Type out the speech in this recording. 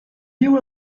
you